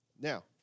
Now